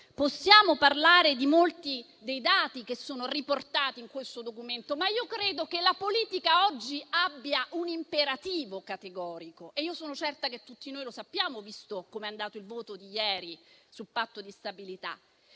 Possiamo parlare di molti dei dati che sono riportati in questo Documento, ma io credo che la politica oggi abbia un imperativo categorico e io sono certa che tutti noi lo sappiamo, visto com'è andato il voto di ieri sul Patto di stabilità.